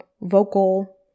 vocal